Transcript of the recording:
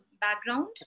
background